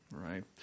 right